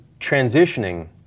transitioning